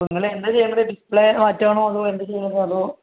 ഇപ്പം നിങ്ങൾ എന്താണ് ചെയ്യുന്നത് ഡിസ്പ്ലേ മാറ്റുകയാണോ അതോ എന്താണ് ചെയ്യുന്നത് അതോ